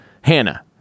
Hannah